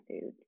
food